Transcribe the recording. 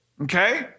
Okay